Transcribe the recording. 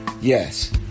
Yes